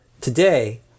Today